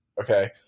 okay